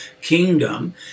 kingdom